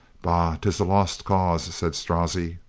bah, tis a lost cause, said strozzi.